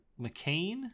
McCain